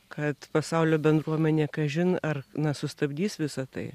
kad pasaulio bendruomenė kažin ar na sustabdys visa tai